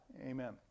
Amen